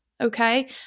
Okay